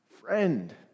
friend